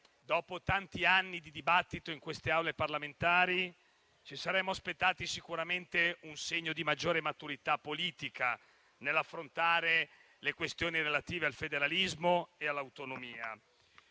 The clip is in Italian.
dopo tanti anni di dibattito in queste Aule parlamentari, ci saremmo aspettati sicuramente un segno di maggior maturità politica nell'affrontare le questioni relative al federalismo e all'autonomia.